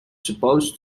supposed